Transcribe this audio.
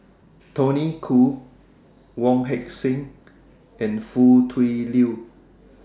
Tony Khoo Wong Heck Sing and Foo Tui Liew